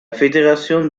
fédération